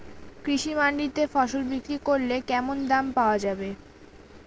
কৃষি মান্ডিতে ফসল বিক্রি করলে কেমন দাম পাওয়া যাবে?